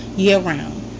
year-round